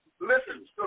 listen